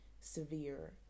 severe